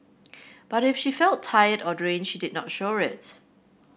but if she felt tired or drained she did not show it